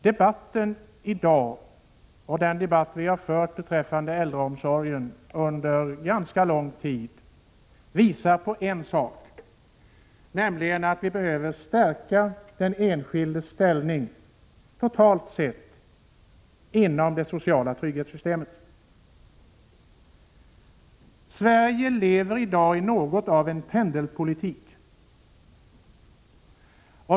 Debatten i dag och den debatt som vi har fört under ganska lång tid om äldreomsorgen visar en sak, nämligen att vi behöver stärka den enskildes ställning totalt sett inom det sociala trygghetssystemet. Sverige lever i dag under något av en pendelpolitik.